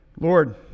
Lord